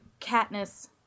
Katniss